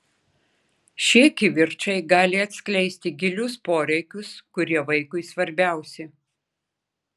šie kivirčai gali atskleisti gilius poreikius kurie vaikui svarbiausi